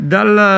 Dal